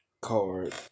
card